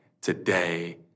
today